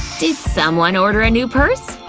did someone order a new purse?